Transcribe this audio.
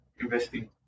Investing